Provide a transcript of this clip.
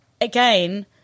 again